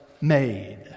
made